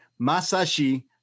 masashi